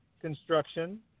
construction